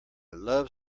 love